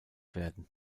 werden